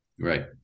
right